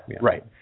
Right